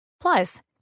Plus